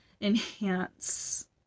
enhance